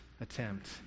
attempt